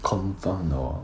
confirm 的 orh